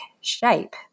shape